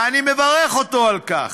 ואני מברך אותו על כך.